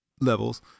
levels